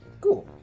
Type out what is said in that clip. Cool